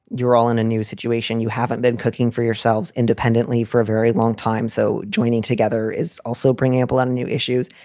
you're all in a new situation, you haven't been cooking for yourselves independently for a very long time. so joining together is also bringing up a lot of new issues.